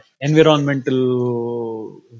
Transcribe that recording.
environmental